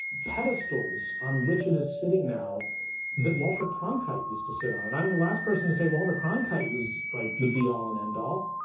pedestals on which it is sitting now that walter cronkite used to sit on. and i'm the last person to say walter cronkite was like the be all and end all,